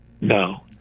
No